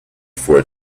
for